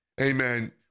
amen